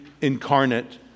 incarnate